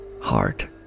heart